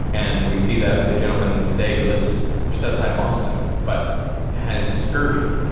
and we see that with the gentleman today who lives just outside boston but has scurvy.